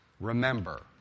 Remember